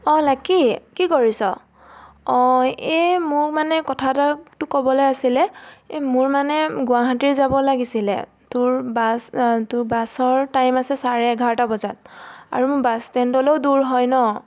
অঁ লাকী কি কৰিছ অঁ এই মোৰ মানে কথা এটা তোক ক'বলৈ আছিলে এই মোৰ মানে গুৱাহাটীৰ যাব লাগিছিলে তোৰ বাছ তোৰ বাছৰ টাইম আছে চাৰে এঘাৰটা বজাত আৰু মোৰ বাছ ষ্টেণ্ডলৈও দূৰ হয় ন